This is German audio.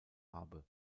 habe